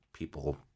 People